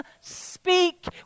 speak